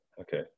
okay